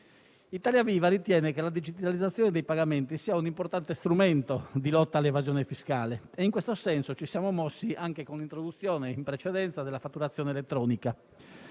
Italia Viva ritiene che la digitalizzazione dei pagamenti sia un importante strumento di lotta all'evasione fiscale e in questo senso ci siamo mossi in precedenza con l'introduzione della fatturazione elettronica.